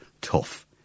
tough